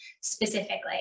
specifically